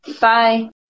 Bye